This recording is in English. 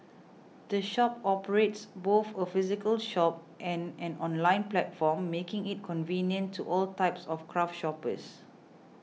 the shop operates both a physical shop and an online platform making it convenient to all types of craft shoppers